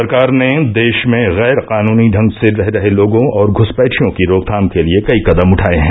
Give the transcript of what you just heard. सरकार ने देश में गैर कानूनी ढंग से रह रहे लोगों और घुसपैठियों की रोकथाम के लिए कई कदम उठाये हैं